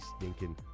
stinking